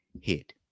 hit